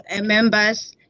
Members